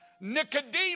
Nicodemus